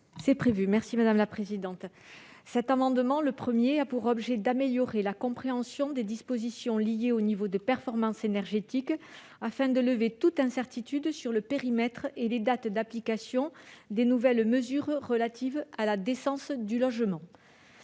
est à Mme Viviane Artigalas. Cet amendement a pour objet de faciliter la compréhension des dispositions liées au niveau de performance énergétique, afin de lever toute incertitude sur le périmètre et les dates d'application des nouvelles mesures relatives à la décence du logement.